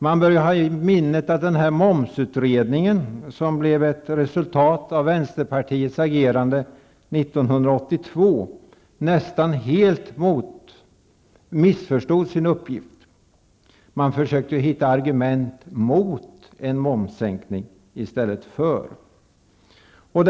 Man bör ha i minnet att momsutredningen, som blev ett resultat av vänsterpartiets agerande 1982, nästan helt missförstod sin uppgift. Man försökte hitta argument mot en momssänkning i stället för argument.